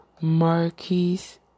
Marquise